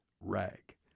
Rag